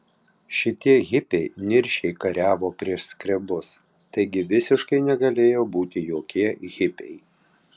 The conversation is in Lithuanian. šitie hipiai niršiai kariavo prieš skrebus taigi visiškai negalėjo būti jokie hipiai